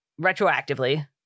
retroactively